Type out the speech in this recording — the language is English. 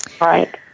Right